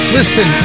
Listen